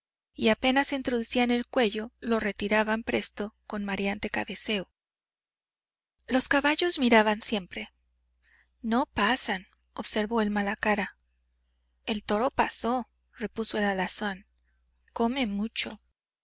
y apenas introducían el cuello lo retiraban presto con mareante cabeceo los caballos miraban siempre no pasan observó el malacara el toro pasó repuso el alazán come mucho